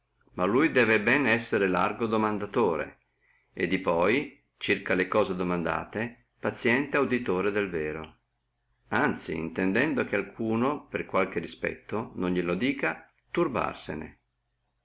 ma lui debbe bene esser largo domandatore e di poi circa le cose domandate paziente auditore del vero anzi intendendo che alcuno per alcuno respetto non gnene dica